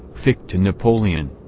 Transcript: fichte to napoleon.